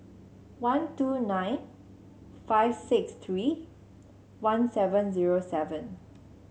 one two nine five six three one seven zero seven